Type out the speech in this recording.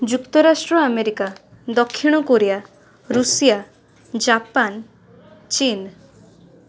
ଯୁକ୍ତରାଷ୍ଟ୍ର ଆମେରିକା ଦକ୍ଷିଣ Korea Russia Japan ଚୀନ